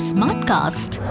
Smartcast